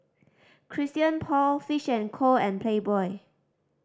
Christian Paul Fish and Co and Playboy